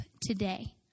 today